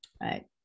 Right